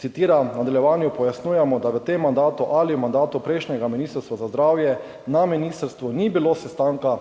citiram: »V nadaljevanju pojasnjujemo, da v tem mandatu ali v mandatu prejšnjega ministrstva za zdravje na ministrstvu ni bilo sestanka